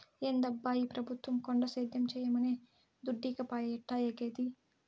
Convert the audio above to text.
ఏందబ్బా ఈ పెబుత్వం కొండ సేద్యం చేయమనె దుడ్డీకపాయె ఎట్టాఏగేది